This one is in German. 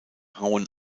rauen